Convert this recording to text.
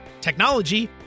technology